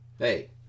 Hey